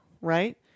right